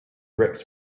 bricks